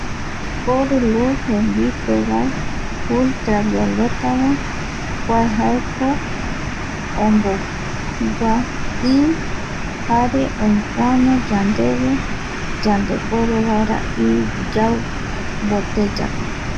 Oiporu luz jembipevae, ultravioleta va, kua jaeko ombo gua i, jare oipoano yandeve yandepuere vaera i yau boteyape.